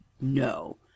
no